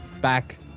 back